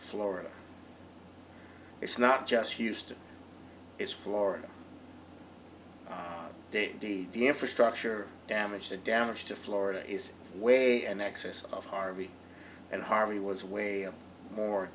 florida it's not just houston it's florida de de da infrastructure damage the damage to florida is way an excess of harvey and harvey was way more